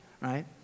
Right